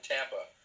Tampa